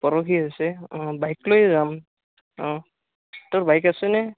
পৰহি আছে অ' বাইক লৈয়ে যাম অ' তোৰ বাইক আছেনে